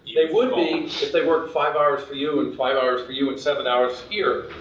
they would be if they worked five hours for you, and five hours for you and seven hours here,